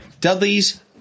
Dudleys